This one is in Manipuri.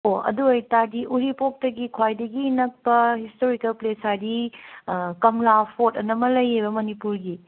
ꯑꯣ ꯑꯗꯨ ꯑꯣꯏꯇꯥꯔꯗꯤ ꯎꯔꯤꯄꯣꯛꯇꯒꯤ ꯈ꯭ꯋꯥꯏꯗꯒꯤ ꯅꯛꯄ ꯍꯤꯁꯇꯣꯔꯤꯀꯦꯜ ꯄ꯭ꯂꯦꯁ ꯍꯥꯏꯔꯗꯤ ꯀꯪꯂꯥ ꯐꯣꯔꯠ ꯑꯅ ꯑꯃ ꯂꯩꯌꯦꯕ ꯃꯅꯤꯄꯨꯔꯒꯤ